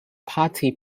party